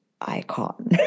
icon